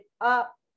up